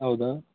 ಹೌದಾ